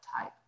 type